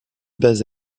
base